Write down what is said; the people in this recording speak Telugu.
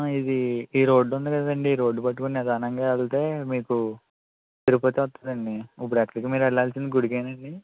ఇది ఈ రోడ్డు ఉంది కదండి ఈ రోడ్డు పట్టుకుని నిదానంగా వెళ్తే మీకు తిరుపతి వత్తదండి ఇప్పుడు ఎక్కడికి మీరు వెళ్ళాల్సింది గుడికేనండి